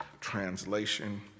translation